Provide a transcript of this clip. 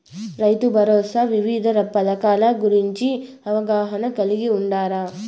రైతుభరోసా వివిధ పథకాల గురించి అవగాహన కలిగి వుండారా?